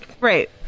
right